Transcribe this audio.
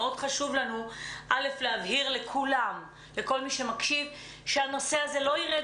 חשוב לנו להבהיר לכולם שהנושא הזה לא יירד